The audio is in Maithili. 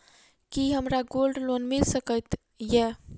की हमरा गोल्ड लोन मिल सकैत ये?